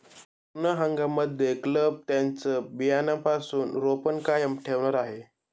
पूर्ण हंगाम मध्ये क्लब त्यांचं बियाण्यापासून रोपण कायम ठेवणार आहे